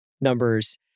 numbers